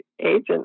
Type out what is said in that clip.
agent